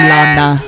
Lana